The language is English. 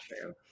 true